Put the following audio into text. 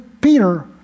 Peter